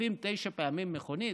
שורפים תשע פעמים מכונית?